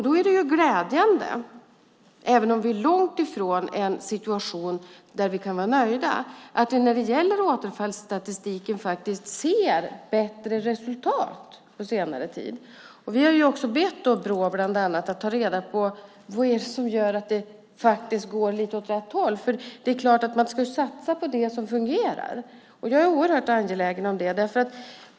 Då är det glädjande, även om det är långt ifrån en situation där vi kan vara nöjda, att vi när det gäller återfallsstatistiken ser bättre resultat på senare tid. Vi har bett bland annat Brå att ta reda på vad det är som gör att det går lite åt rätt håll, för det är klart att man ska satsa på det som fungerar. Jag är oerhört angelägen om det.